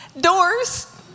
Doors